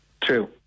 true